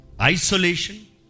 isolation